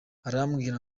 arambwira